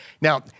now